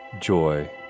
joy